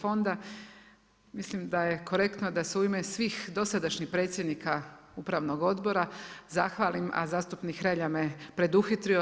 fonda, mislim da je korektno da se u ime svih dosadašnjih predsjednika upravnog odbora zahvalim a zastupnik Hrelja me preduhitrio.